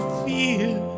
fear